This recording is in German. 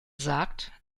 sagt